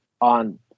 on